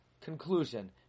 conclusion